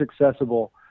accessible